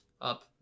up